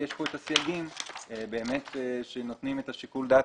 יש כאן את הסייגים שנותנים את שיקול הדעת